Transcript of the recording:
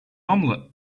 omelette